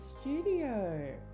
studio